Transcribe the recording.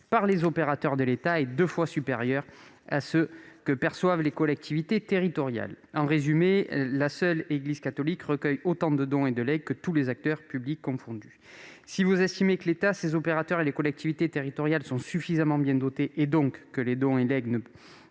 par ses opérateurs et deux fois supérieures à ce que perçoivent les collectivités territoriales. En résumé, la seule Église catholique recueille autant de dons et de legs que tous les acteurs publics confondus. Si vous estimez que l'État, ses opérateurs et les collectivités territoriales sont suffisamment bien dotés et que les dons et legs ne